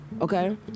Okay